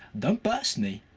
don't burst me!